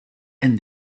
and